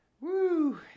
Woo